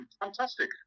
Fantastic